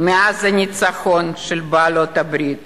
מאז הניצחון של בעלות-הברית